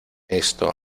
esto